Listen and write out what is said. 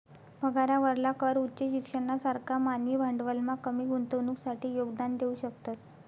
पगारावरला कर उच्च शिक्षणना सारखा मानवी भांडवलमा कमी गुंतवणुकसाठे योगदान देऊ शकतस